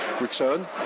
return